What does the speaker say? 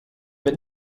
bent